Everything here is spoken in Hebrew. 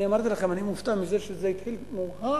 אני אמרתי לכם: אני מופתע מזה שזה התחיל מאוחר,